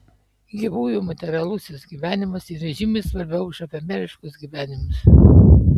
gyvųjų materialusis gyvenimas yra žymiai svarbiau už efemeriškus gyvenimus